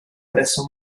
presso